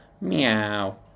Meow